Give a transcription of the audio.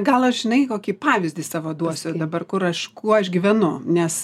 gal aš žinai kokį pavyzdį savo duosiu dabar kur aš kuo aš gyvenu nes